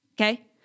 okay